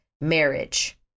marriage